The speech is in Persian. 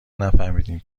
نفهمدیم